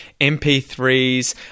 MP3s